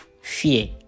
fear